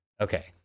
Okay